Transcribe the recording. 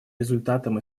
результатам